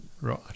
Right